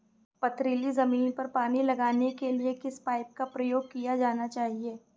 पथरीली ज़मीन पर पानी लगाने के किस पाइप का प्रयोग किया जाना चाहिए?